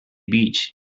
beach